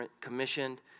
commissioned